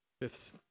Fifth